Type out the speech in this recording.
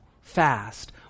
fast